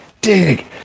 dig